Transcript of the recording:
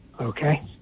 Okay